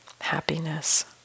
happiness